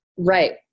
Right